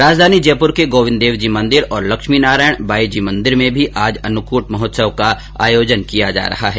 राजधानी जयपुर के गोविन्द देवजी मन्दिर और लक्ष्मीनारायण बाईजी मन्दिर में भी आज अन्नकट महोत्सव का आयोजन किया जा रहा है